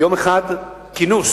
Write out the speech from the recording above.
יום אחד כינוס